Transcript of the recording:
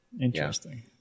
Interesting